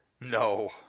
no